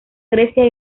grecia